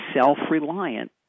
self-reliant